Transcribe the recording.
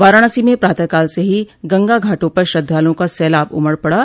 वाराणसी में प्रातःकाल से ही गंगा घाटों पर श्रद्धालुओं का सैलाब उमड़ पड़ा